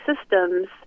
Systems